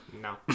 No